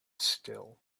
still